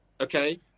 okay